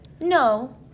No